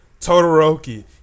Todoroki